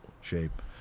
shape